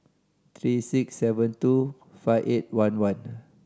three six seven two five eight one one